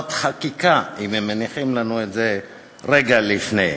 מחובת חקיקה, אם הם מניחים לנו את זה רגע לפני?